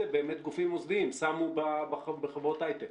באמת גופים מוסדיים שמו בחברות ההיי-טק?